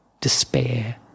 despair